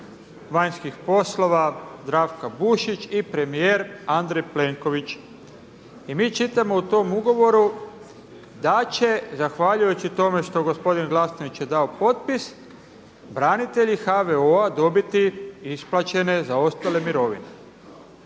vanjskih poslova Zdravka Bušić i premijer Andrej Plenković. I mi čitamo u tom ugovoru da će zahvaljujući tome što gospodin Glasnović je dao potpis branitelji HVO-a dobiti isplaćene zaostale mirovine.